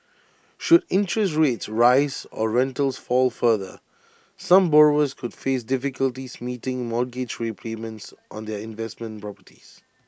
should interest rates rise or rentals fall further some borrowers could face difficulties meeting mortgage repayments on their investment properties